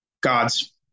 God's